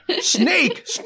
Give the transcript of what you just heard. snake